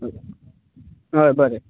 हय बरे